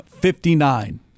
59